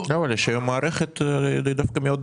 דווקא היום לתיאומי מס יש מערכת מאוד נוחה.